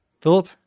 Philip